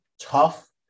tough